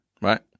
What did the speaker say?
right